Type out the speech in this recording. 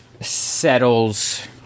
settles